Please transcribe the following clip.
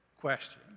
question